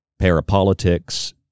parapolitics